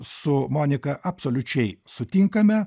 su monika absoliučiai sutinkame